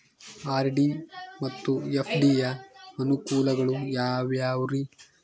RD ಮತ್ತು FD ಯ ಅನುಕೂಲಗಳು ಯಾವ್ಯಾವುರಿ?